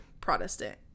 Protestant